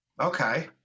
Okay